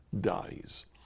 dies